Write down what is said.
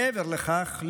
מעבר לכך,